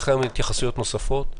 ואם יהיו התייחסויות נוספות,